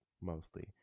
mostly